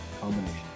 combination